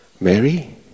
Mary